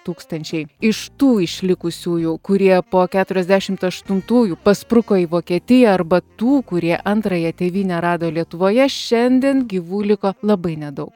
tūkstančiai iš tų išlikusiųjų kurie po keturiasdešimt aštuntųjų paspruko į vokietiją arba tų kurie antrąją tėvynę rado lietuvoje šiandien gyvų liko labai nedaug